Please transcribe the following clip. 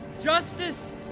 justice